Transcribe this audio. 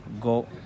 go